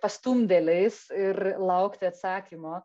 pastumdėliais ir laukti atsakymo